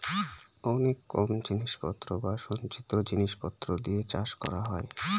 অনেক কম জিনিস পত্র বা সঞ্চিত জিনিস পত্র দিয়ে চাষ করা হয়